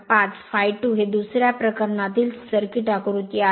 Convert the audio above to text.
5 ∅2 हे दुस या प्रकरणातील सर्किट आकृती आहे